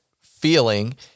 feeling